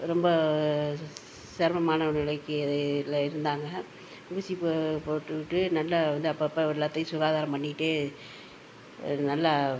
ரொம்ப சிரமமான ஒரு நிலைக்கு அது இல்லை இருந்தாங்க ஊசி போ போட்டுக்கிட்டு நல்லா வந்து அப்பப்போ எல்லாத்தையும் சுகாதாரம் பண்ணிகிட்டே ஒரு நல்லா